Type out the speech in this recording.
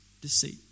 deceit